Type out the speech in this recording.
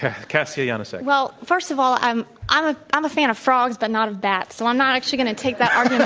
kassia yanosek. well, first of all, i'm i'm ah a fan of frogs, but not of bats, so i'm not actually going to take that argument